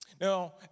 Now